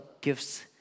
gifts